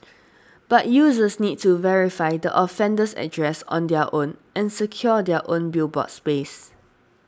but users need to verify the offender's address on their own and secure their own billboard space